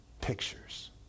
pictures